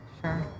Sure